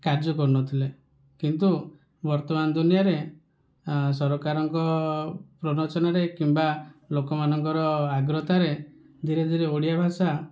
କାର୍ଯ୍ୟ କରୁନଥିଲେ କିନ୍ତୁ ବର୍ତ୍ତମାନ ଦୁନିଆଁରେ ସରକାରଙ୍କ ପ୍ରରୋଚନାରେ କିମ୍ବା ଲୋକମାନଙ୍କର ଆଗ୍ରହତାରେ ଧୀରେ ଧୀରେ ଓଡ଼ିଆ ଭାଷା